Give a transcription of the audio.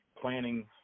planning